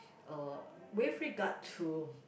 uh with regard to